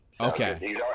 Okay